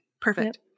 perfect